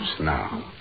now